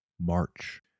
March